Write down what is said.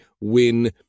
win